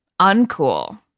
uncool